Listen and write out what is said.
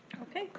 okay,